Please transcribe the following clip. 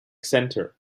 center